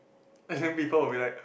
as in people will be like